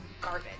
garbage